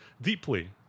deeply